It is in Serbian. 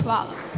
Hvala.